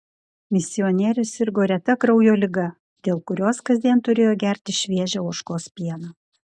misionierius sirgo reta kraujo liga dėl kurios kasdien turėjo gerti šviežią ožkos pieną